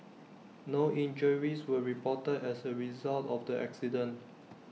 no injuries were reported as A result of the accident